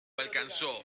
alcanzó